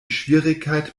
schwierigkeit